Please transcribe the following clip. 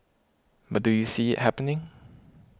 but do you see it happening